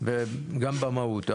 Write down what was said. וגם במהות.